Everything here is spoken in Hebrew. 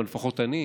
או לפחות אני,